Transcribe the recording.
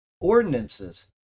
ordinances